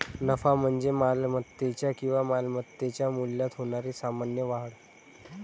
नफा म्हणजे मालमत्तेच्या किंवा मालमत्तेच्या मूल्यात होणारी सामान्य वाढ